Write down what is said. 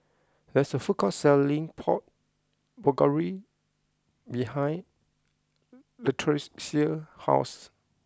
there is a food court selling Pork Bulgogi behind Latricia's house